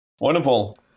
Wonderful